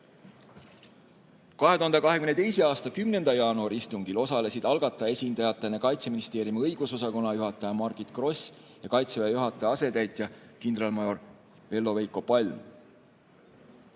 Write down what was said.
2022. aasta 10. jaanuari istungil osalesid algataja esindajatena Kaitseministeeriumi õigusosakonna juhataja Margit Gross ja Kaitseväe juhataja asetäitja kindralmajor Vello-Veiko Palm.